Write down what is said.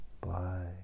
Bye